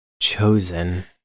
chosen